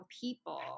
people